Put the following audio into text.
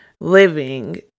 living